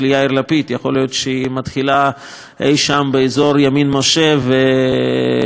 יכול להיות שהיא מתחילה אי-שם באזור ימין משה ומלון "קינג